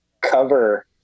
cover